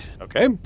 Okay